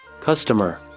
Customer